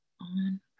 on